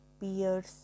peers